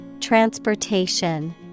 Transportation